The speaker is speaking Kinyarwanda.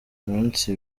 iminsi